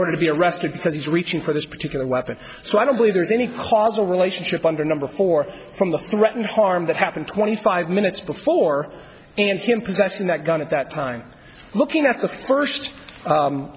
order to be arrested because he's reaching for this particular weapon so i don't believe there's any causal relationship under number four from the threatened harm that happened twenty five minutes before and him possessing that gun at that time looking at the first